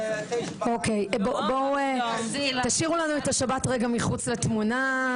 אוקיי בואו, תשאירו לנו את השבת רגע מחוץ לתמונה.